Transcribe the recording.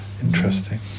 interesting